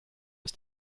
ist